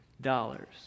dollars